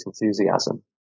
enthusiasm